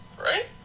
Right